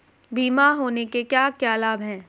बीमा होने के क्या क्या लाभ हैं?